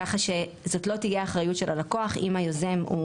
כך שזאת לא תהיה האחריות של הלקוח אם היוזם הוא